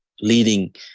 leading